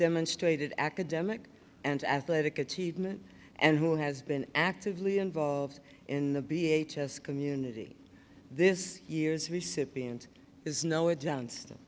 demonstrated academic and athletic achievement and who has been actively involved in the b h s community this year's recipient is know it johnston